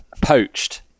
poached